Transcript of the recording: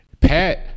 Pat